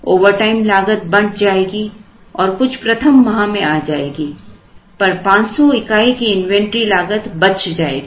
overtime लागत बंट जाएगी और कुछ प्रथम माह में आ जाएगी पर 500 इकाई की इन्वेंटरी लागत बच जाएगी